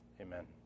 Amen